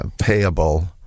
payable